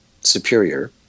superior